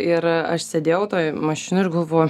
ir aš sėdėjau toj mašinoj ir galvoju